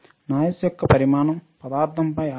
noise యొక్క పరిమాణం పదార్థంపై ఆధారపడటం వలన ఊహించడం కష్టం